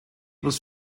was